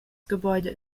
gebäude